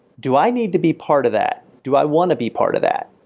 do i need to be part of that? do i want to be part of that?